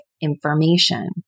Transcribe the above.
information